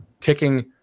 ticking